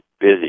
busy